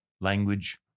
language